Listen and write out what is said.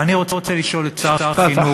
ואני רוצה לשאול את שר החינוך,